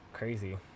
crazy